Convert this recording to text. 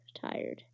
tired